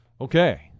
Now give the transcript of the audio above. Okay